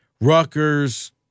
Rutgers